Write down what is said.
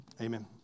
Amen